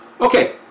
okay